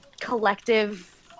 collective